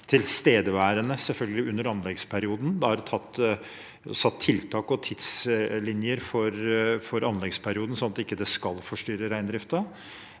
selvfølgelig, under anleggsperioden. Det er satt tiltak og tidslinjer for anleggsperioden sånn at det ikke skal forstyrre reindriften